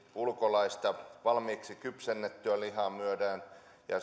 ulkolaista valmiiksi kypsennettyä lihaa